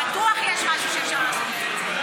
בטוח יש משהו שאפשר לעשות באמצע.